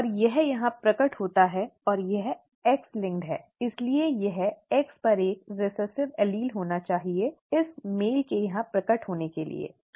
और यह यहाँ प्रकट होता है और यह X linked है इसलिए यह X पर एक रिसेसिव एलील होना चाहिए इस पुरुष के यहाँ प्रकट होने के लिए ठीक है